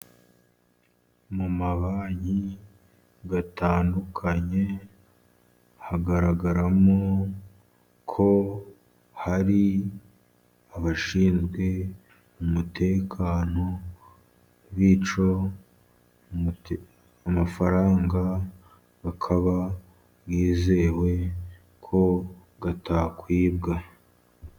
Mu mabanki atandukanye, hagaragaramo ko hari abashinzwe umutekano. Bityo amafaranga bikaba byizewe ko atakwibwa.